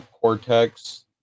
cortex